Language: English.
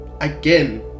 again